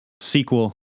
sequel